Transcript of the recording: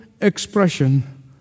expression